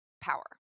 power